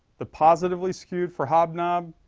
the positively skewed for hobnob.